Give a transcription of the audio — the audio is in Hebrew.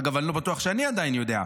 אגב, אני לא בטוח שאני עדיין יודע.